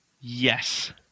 Yes